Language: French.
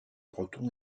breton